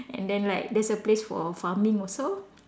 and then like there's a place for farming also